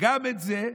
גם את זה,